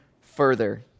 further